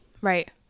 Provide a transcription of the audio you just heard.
right